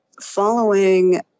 following